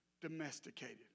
domesticated